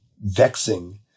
vexing